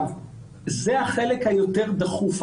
זה החלק היותר דחוף,